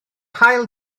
haul